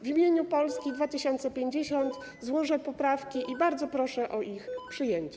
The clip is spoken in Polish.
W imieniu Polski 2050 złożę poprawki i bardzo proszę o ich przyjęcie.